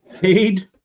paid